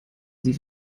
sie